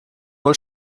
wohl